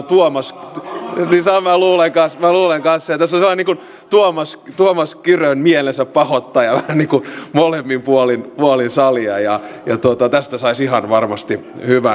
minä luulen kanssa ja tässä on sellainen niin kuin tuomas kyrön mielensäpahoittaja molemmin puolin salia ja tästä saisi ihan varmasti hyvän sarjakuvan